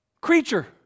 creature